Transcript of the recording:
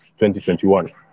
2021